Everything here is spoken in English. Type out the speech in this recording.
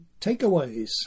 takeaways